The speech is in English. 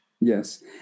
Yes